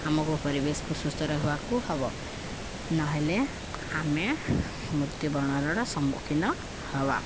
ଆମକୁ ପରିବେଶକୁ ସୁସ୍ଥ ରଖିବାକୁ ହବ ନହେଲେ ଆମେ ମୃତ୍ୟୁ ବରଣର ସମ୍ମୁଖୀନ ହବା